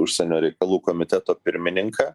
užsienio reikalų komiteto pirmininką